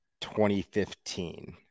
2015